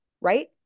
right